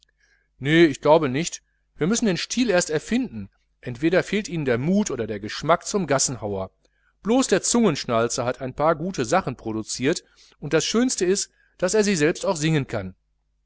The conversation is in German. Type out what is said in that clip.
nee ich glaube nicht wir müssen den stil erst erfinden entweder fehlt ihnen der mut oder der geschmack zum gassenhauer blos der zungenschnalzer hat ein paar gute sachen produziert und das schönste ist daß er sie auch selber singen kann